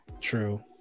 True